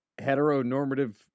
heteronormative